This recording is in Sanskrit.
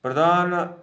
प्रदानम्